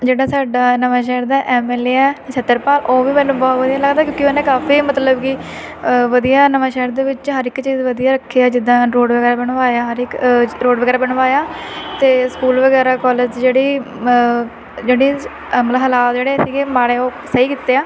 ਜਿਹੜਾ ਸਾਡਾ ਨਵਾਂਸ਼ਹਿਰ ਦਾ ਐੱਮ ਐੱਲ ਏ ਹੈ ਨਛੱਤਰਪਾਲ ਉਹ ਵੀ ਮੈਨੂੰ ਬਹੁਤ ਵਧੀਆ ਲੱਗਦਾ ਕਿਉਂਕਿ ਉਹਨੇ ਕਾਫੀ ਮਤਲਬ ਕਿ ਵਧੀਆ ਨਵਾਂਸ਼ਹਿਰ ਦੇ ਵਿੱਚ ਹਰ ਇੱਕ ਚੀਜ਼ ਵਧੀਆ ਰੱਖੀ ਆ ਜਿੱਦਾਂ ਰੋਡ ਵਗੈਰਾ ਬਣਵਾਇਆ ਹਰ ਇੱਕ ਰੋਡ ਵਗੈਰਾ ਬਣਵਾਇਆ ਅਤੇ ਸਕੂਲ ਵਗੈਰਾ ਕੋਲਜ 'ਚ ਜਿਹੜੀ ਜਿਹੜੀ ਮਤਲਬ ਹਾਲਾਤ ਜਿਹੜੇ ਸੀਗੇ ਮਾੜੇ ਉਹ ਸਹੀ ਕੀਤੇ ਹੈ